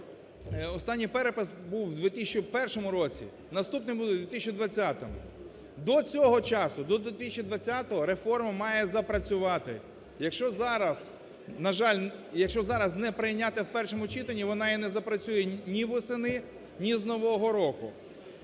Останній перепис був в 2001 році. Наступний буде в 2020-му. До цього часу, до 2020-го, реформа має запрацювати. Якщо зараз, на жаль, якщо зараз не прийняти в першому читанні, вона не запрацює ні восени, ні з нового року.